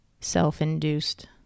self-induced